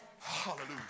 Hallelujah